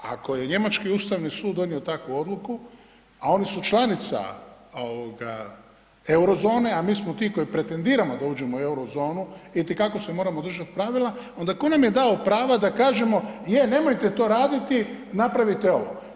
Ako je njemački Ustavni sud donio takvu odluku, a oni su članica Eurozone, a mi smo ti koji pretendiramo da uđemo u Eurozonu, itekako se moramo držati pravila, onda tko nam je dao prava da kažemo, je nemojte to raditi, napravite ovo.